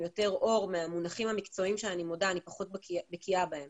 יותר אור מהמונחים המקצועיים שאני פחות בקיאה בהם